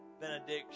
benediction